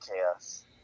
Chaos